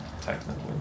technically